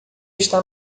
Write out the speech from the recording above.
está